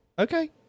Okay